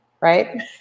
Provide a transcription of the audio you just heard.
right